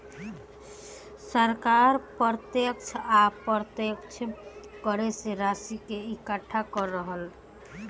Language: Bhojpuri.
सरकार प्रत्यक्ष आ अप्रत्यक्ष कर से राशि के इकट्ठा करेले